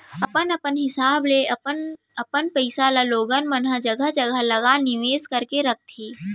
अपन अपन हिसाब ले अपन पइसा ल लोगन मन ह जघा जघा लगा निवेस करके रखथे